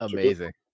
Amazing